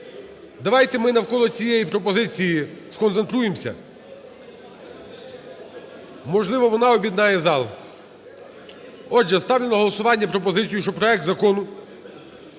Давайте ми навколо цієї пропозиції сконцентруємося, можливо, вона об'єднає зал. Отже, ставлю на голосування пропозицію, щоб проект Закону